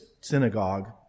synagogue